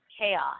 chaos